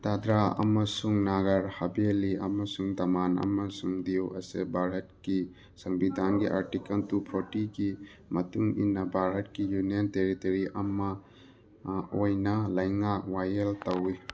ꯗꯥꯗ꯭ꯔꯥ ꯑꯃꯁꯨꯡ ꯅꯥꯒꯔ ꯍꯥꯕꯦꯜꯂꯤ ꯑꯃꯁꯨꯡ ꯗꯃꯥꯟ ꯑꯃꯁꯨꯡ ꯗ꯭ꯌꯨ ꯑꯁꯦ ꯕꯥꯔꯠꯀꯤ ꯁꯪꯕꯤꯗꯥꯟꯒꯤ ꯑꯥꯔꯇꯤꯀꯜ ꯇꯨ ꯐꯣꯔꯇꯤꯒꯤ ꯃꯇꯨꯡ ꯏꯟꯅ ꯕꯥꯔꯠꯀꯤ ꯌꯨꯅꯤꯌꯟ ꯇꯦꯔꯤꯇꯣꯔꯤ ꯑꯃ ꯑꯣꯏꯅ ꯂꯩꯉꯥꯛ ꯋꯥꯌꯦꯜ ꯇꯧꯋꯤ